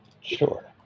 Sure